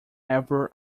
ever